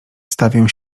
stawię